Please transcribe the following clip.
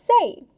say